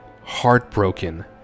heartbroken